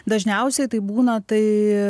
dažniausiai tai būna tai